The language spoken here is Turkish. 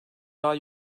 daha